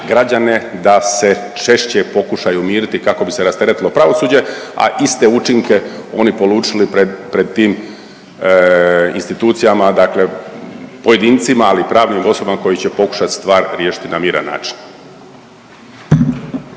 da se češće pokušaju miriti kako bi se rasteretilo pravosuđe, a iste učinke oni polučili pred tim institucijama, dakle pojedincima ali i pravnim osobama koji će pokušati stvar riješiti na miran način.